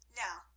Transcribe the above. now